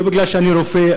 לא בגלל שאני רופא,